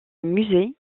musée